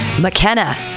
McKenna